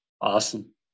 Awesome